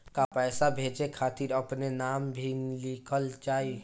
का पैसा भेजे खातिर अपने नाम भी लिकल जाइ?